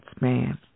man